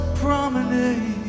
promenade